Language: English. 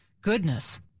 Goodness